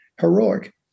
heroic